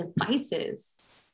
devices